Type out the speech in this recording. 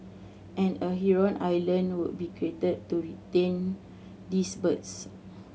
and a heron island will be created to retain these birds